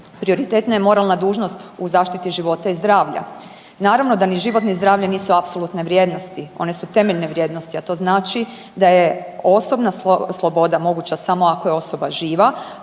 prioritetna je moralna dužnost u zaštiti života i zdravlja. Naravno da ni život ni zdravlje nisu apsolutne vrijednosti, one su temeljne vrijednosti, a to znači da je osobna sloboda moguća samo ako je osoba živa,